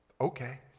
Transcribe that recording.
Okay